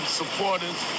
supporters